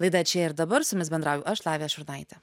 laida čia ir dabar su jumis bendrauju aš lavija šurnaitė